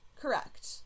Correct